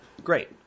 Great